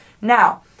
now